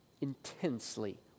Intensely